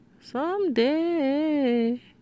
Someday